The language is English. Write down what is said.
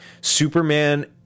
Superman